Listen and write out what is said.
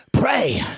Pray